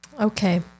Okay